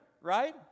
right